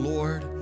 Lord